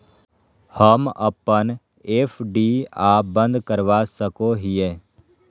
हम अप्पन एफ.डी आ बंद करवा सको हियै